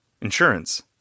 Insurance